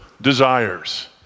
desires